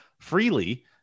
freely